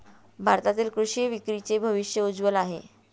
भारतातील कृषी विक्रीचे भविष्य उज्ज्वल आहे